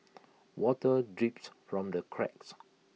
water drips from the cracks